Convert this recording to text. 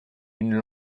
une